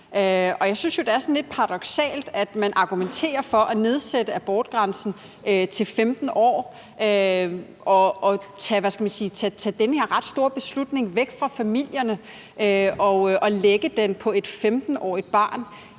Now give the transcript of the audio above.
Jeg synes jo, at det er sådan lidt paradoksalt, at man argumenterer for at nedsætte aldersgrænsen for at få abort til 15 år og tage den her ret store beslutning væk fra familierne og lægge den over på et 15-årigt barn,